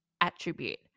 attribute